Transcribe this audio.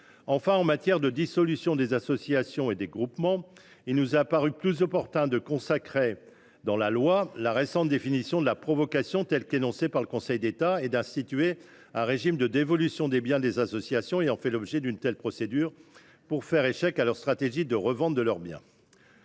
Enfin, en matière de dissolution des associations et des groupements, il nous est apparu plus opportun de consacrer dans la loi la récente définition de la provocation énoncée par le Conseil d’État et d’instituer un régime de dévolution des biens des associations ayant fait l’objet d’une telle procédure, pour faire échec à leurs stratégies de revente de leurs biens.